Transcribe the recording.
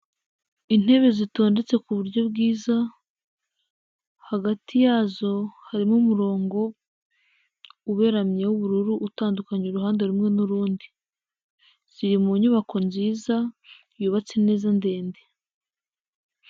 Intebe zitondetse ku buryo bwiza. Hagati yazo harimo umurongo uberamye w'ubururu, utandukanya uruhande rumwe n'urundi. Ziri mu nyubako nziza yubatse neza ndende.